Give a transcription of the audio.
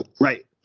Right